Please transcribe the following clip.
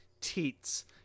teats